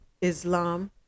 Islam